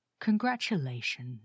congratulations